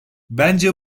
bence